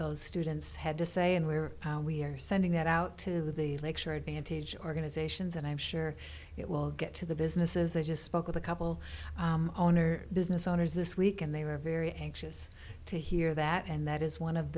those students had to say and we were we are sending that out to the lecture advantage organizations and i'm sure it will get to the businesses i just spoke with a couple owner business owners this week and they were very anxious to hear that and that is one of